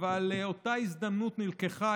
אבל אותה הזדמנות נלקחה,